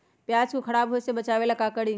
प्याज को खराब होय से बचाव ला का करी?